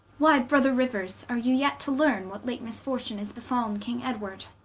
why brother riuers, are you yet to learne what late misfortune is befalne king edward?